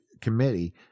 committee